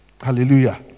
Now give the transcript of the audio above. hallelujah